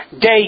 day